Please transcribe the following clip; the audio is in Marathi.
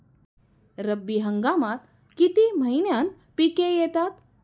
रब्बी हंगामात किती महिन्यांत पिके येतात?